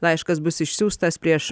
laiškas bus išsiųstas prieš